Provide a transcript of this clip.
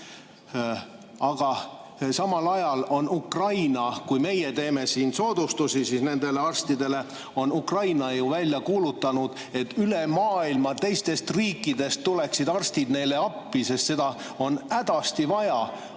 Aga samal ajal, kui meie teeme siin soodustusi nendele arstidele, on Ukraina ju välja kuulutanud, et üle maailma teistest riikidest tuleksid arstid neile appi, sest seda on hädasti vaja.